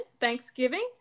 Thanksgiving